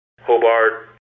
Hobart